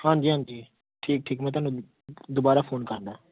ਹਾਂਜੀ ਹਾਂਜੀ ਠੀਕ ਠੀਕ ਮੈਂ ਤੁਹਾਨੂੰ ਦੁਬਾਰਾ ਫੋਨ ਕਰਦਾ